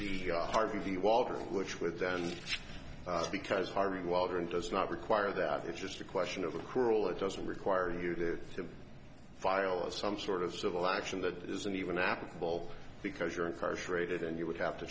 the harvey walters which would then because harvey waldron does not require that it's just a question of accrual it doesn't require you to file a some sort of civil action that isn't even applicable because you're incarcerated and you would have to